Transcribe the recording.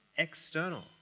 external